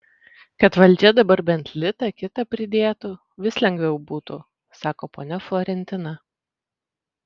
kad valdžia dabar bent litą kitą pridėtų vis lengviau būtų sako ponia florentina